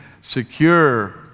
secure